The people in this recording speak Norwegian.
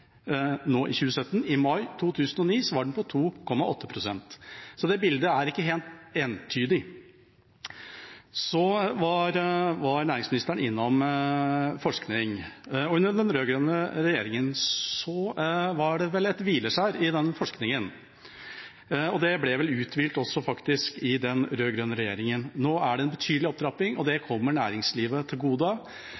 nå i 2017 var den på 1,5 pst, i mai 2009 var den på 2,8 pst, så det bildet er ikke helt entydig. Så var næringsministeren innom forskning. Under den rød-grønne regjeringa var det vel et hvileskjær i forskningen, og det ble vel uthvilt faktisk også i den regjeringa. Nå er det en betydelig opptrapping. Det